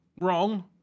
wrong